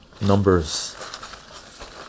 numbers